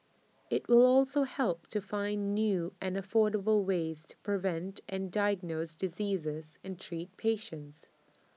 IT will also help to find new and affordable ways to prevent and diagnose diseases and treat patients